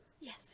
Yes